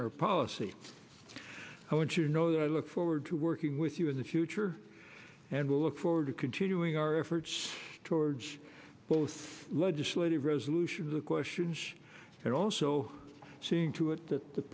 share a policy i want you know that i look forward to working with you in the future and we'll look forward to continuing our efforts towards both legislative resolution of the questions and also seeing to it that the